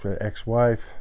ex-wife